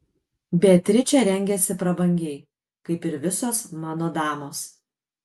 beatričė rengiasi prabangiai kaip ir visos mano damos